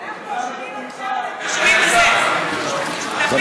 אנחנו אשמים עכשיו, אנחנו אשמים בזה.